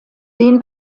den